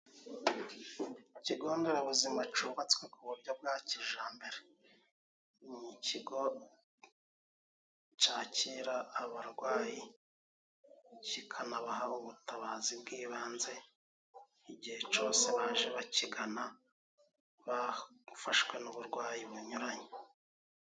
Ikigo nderabuzima cubatswe ku buryo bwa kijambere. N ikigo cyakira abarwayi, kikanabaha ubutabazi bw'ibanze igihe cyose baje bakigana bafashwe n'uburwayi bunyuranye.